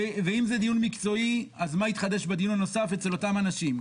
ואם זה דיון מקצועי אז מה התחדש בדיון הנוסף אצל אותם אנשים?